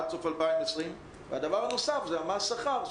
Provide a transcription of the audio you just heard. עד סוף 2020. הדבר הנוסף הוא מס השכר,